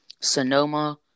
Sonoma